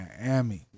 Miami